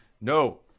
no